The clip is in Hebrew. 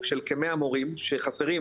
של כמאה מורים שחסרים,